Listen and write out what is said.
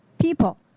people